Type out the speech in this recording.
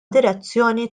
direzzjoni